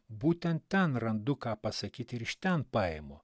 būtent ten randu ką pasakyti ir iš ten paimu